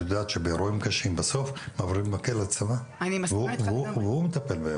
את יודעת שבאירועים קשים בסוף מעבירים מקל לצבא והוא מטפל באירוע.